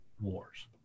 wars